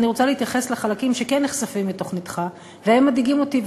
אני רוצה להתייחס לחלקים שכן נחשפים מתוכניתך ומדאיגים אותי,